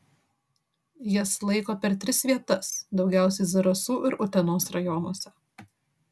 jas laiko per tris vietas daugiausiai zarasų ir utenos rajonuose